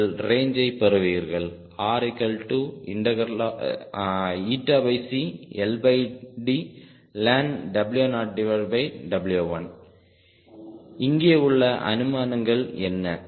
நீங்கள் ரேஞ்சை பெறுவீர்கள் RlnW0W1 இங்கே உள்ள அனுமானங்கள் என்ன